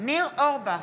ניר אורבך,